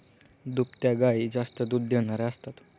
दुभत्या गायी जास्त दूध देणाऱ्या असतात